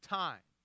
time